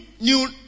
New